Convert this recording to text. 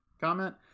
comment